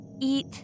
eat